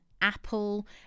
Apple